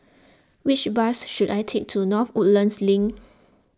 which bus should I take to North Woodlands Link